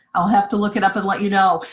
i'll have to look it up and let you know!